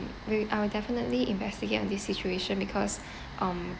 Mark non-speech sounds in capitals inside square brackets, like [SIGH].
we I will definitely investigate on this situation because [BREATH] um